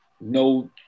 no